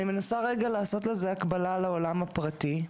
אני מנסה רגע לעשות לזה הקבלה לעולם הפרטי,